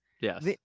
Yes